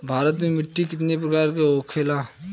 भारत में मिट्टी कितने प्रकार का होखे ला?